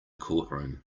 courtroom